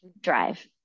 drive